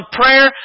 prayer